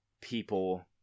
people